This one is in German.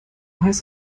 heißt